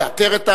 לאתר.